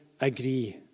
agree